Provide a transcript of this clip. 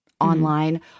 online